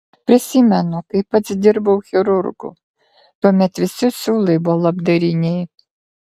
prisimenu kai pats dirbau chirurgu tuomet visi siūlai buvo labdariniai